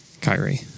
Kyrie